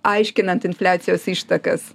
aiškinant infliacijos ištakas